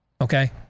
Okay